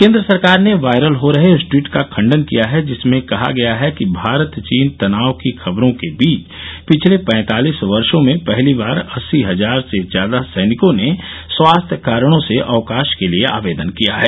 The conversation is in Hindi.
केन्द्र सरकार ने वायरल हो रहे उस टवीट का खंडन किया है जिसमें कहा गया है कि भारत चीन तनाव की खबरों के बीच पिछले पैंतालिस वर्षो में पहली बार अस्सी हजार से ज्यादा सैनिकों ने स्वास्थ्य कारणों से अवकाश के लिए आवेदन किया है